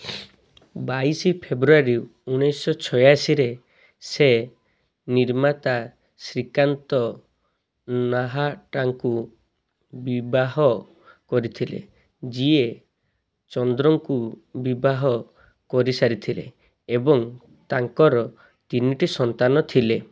ବାଇଶି ଫେବୃଆରୀ ଉଣେଇଶି ଶହ ଛାୟାଅଶୀରେ ସେ ନିର୍ମାତା ଶ୍ରୀକାନ୍ତ ନାହାଟାଙ୍କୁ ବିବାହ କରିଥିଲେ ଯିଏ ଚନ୍ଦ୍ରଙ୍କୁ ବିବାହ କରିସାରିଥିଲେ ଏବଂ ତାଙ୍କର ତିନିଟି ସନ୍ତାନ ଥିଲେ